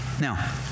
Now